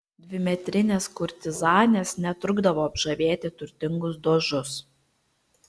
dvimetrinės kurtizanės netrukdavo apžavėti turtingus dožus